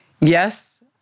Yes